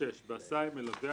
(6) בהסעה עם מלווה,